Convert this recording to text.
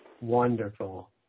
Wonderful